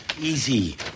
Easy